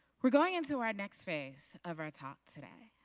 we are going in to our next phase of our talk today.